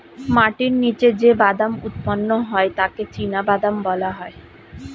মাটির নিচে যে বাদাম উৎপন্ন হয় তাকে চিনাবাদাম বলা হয়